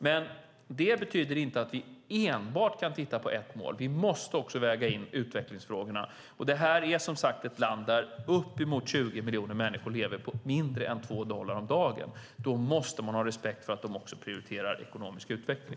Det betyder dock inte att vi kan titta på enbart ett mål. Vi måste också väga in utvecklingsfrågorna. Sydafrika är som sagt ett land där uppemot 20 miljoner människor lever på mindre än 2 dollar om dagen. Då måste vi ha respekt för att man också prioriterar ekonomisk utveckling.